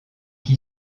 qui